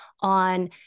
on